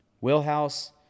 Wheelhouse